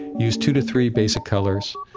use two to three basic colors,